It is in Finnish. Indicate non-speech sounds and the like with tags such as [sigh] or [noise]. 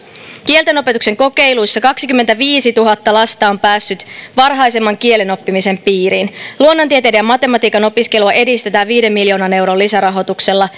kieltenopetuksen kokeiluissa kaksikymmentäviisituhatta lasta on päässyt varhaisemman kielenoppimisen piiriin luonnontieteiden ja matematiikan opiskelua edistetään viiden miljoonan euron lisärahoituksella [unintelligible]